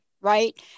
right